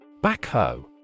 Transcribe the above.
Backhoe